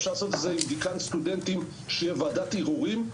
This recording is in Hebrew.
אפשר לעשות את זה עם דיקן סטודנטים שיהיה ועדת ערעורים.